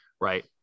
right